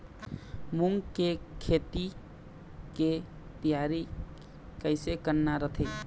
मूंग के खेती के तियारी कइसे करना रथे?